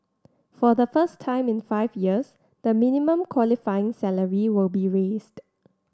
for the first time in five years the minimum qualifying salary will be raised